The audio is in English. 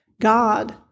God